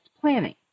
planning